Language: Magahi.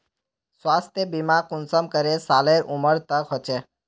स्वास्थ्य बीमा कुंसम करे सालेर उमर तक होचए?